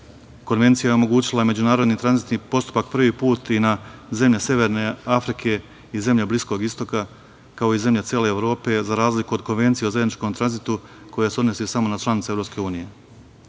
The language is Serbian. Konvencija je omogućila međunarodni tranzitni postupak prvi put i na zemlje severne Afrike i zemlje Bliskog istoka, kao i zemlje cele Evrope, za razliku od Konvencija o zajedničkom tranzitu koja se odnosi samo na članice EU.Pored svih